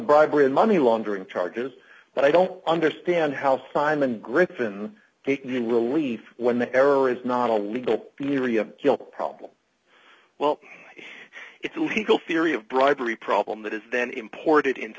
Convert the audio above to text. bribery and money laundering charges but i don't understand how fineman griffin taking relief when the error is not a legal theory of problem well it's a legal theory of bribery problem that is then imported into